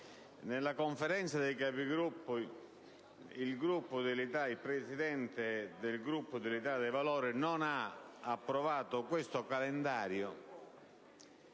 nella Conferenza dei Capigruppo il Presidente del Gruppo dell'Italia dei Valori non ha approvato questo calendario